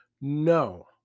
no